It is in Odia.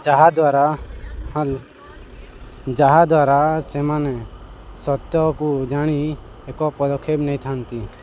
ଯାହାଦ୍ୱାରା ଯାହାଦ୍ୱାରା ସେମାନେ ସତ୍ୟକୁ ଜାଣି ଏକ ପଦକ୍ଷେପ ନେଇଥାନ୍ତି